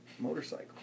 motorcycle